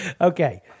Okay